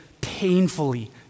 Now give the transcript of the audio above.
painfully